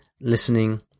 listening